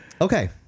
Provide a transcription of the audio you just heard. okay